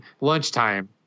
lunchtime